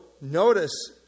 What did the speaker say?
notice